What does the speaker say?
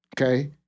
Okay